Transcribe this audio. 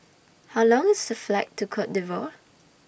How Long IS The Flight to Cote D'Ivoire